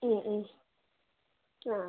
ആ